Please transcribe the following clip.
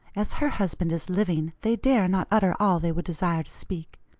as her husband is living they dare not utter all they would desire to speak.